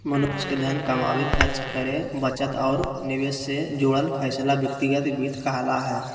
मनुष्य के धन कमावे, खर्च करे, बचत और निवेश से जुड़ल फैसला व्यक्तिगत वित्त कहला हय